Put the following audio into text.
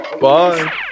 Bye